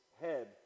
head